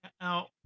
now